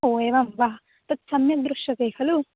ओ एवं वा तत् सम्यक् दृश्यते खलु